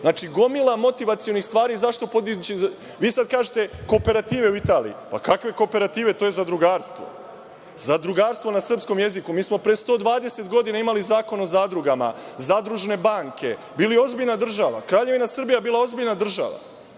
Znači, gomila motivacionih stvari zašto podići. Vi sada kažete – kooperativa u Italiji. Kakva kooperativa? To je zadrugarstvo. Zadrugarstvo na srpskom jeziku. Mi smo pre 120 godina imali zakon o zadrugama, zadružne banke, bili ozbiljna država. Kraljevina Srbija je bila ozbiljna država.